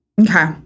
Okay